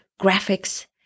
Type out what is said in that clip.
graphics